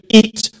eat